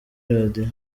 radiyo